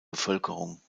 bevölkerung